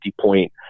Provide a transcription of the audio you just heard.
point